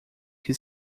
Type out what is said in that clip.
que